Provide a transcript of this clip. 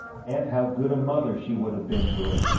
and how good a mother she would of been to it.